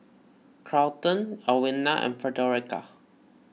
Carlton Alwina and Fredericka